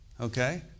Okay